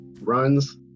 runs